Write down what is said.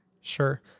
Sure